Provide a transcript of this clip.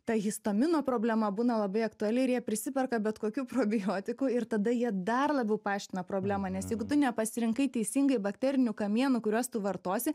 ta histamino problema būna labai aktuali ir jie prisiperka bet kokių probiotikų ir tada jie dar labiau paaštrina problemą nes jeigu tu nepasirinkai teisingai bakterinių kamienų kuriuos tu vartosi